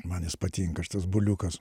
man jis patinka šitas buliukas